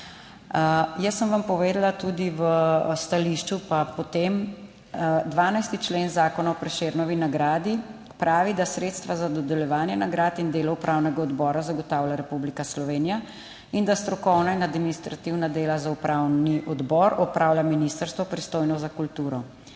Jaz sem vam povedala tudi v stališču, pa potem 12. člen Zakona o Prešernovi nagradi pravi, da sredstva za dodeljevanje nagrad in delo upravnega odbora zagotavlja Republika Slovenija in da strokovna in administrativna dela za upravni odbor opravlja ministrstvo, pristojno za kulturo,